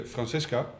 Francesca